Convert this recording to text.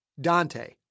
Dante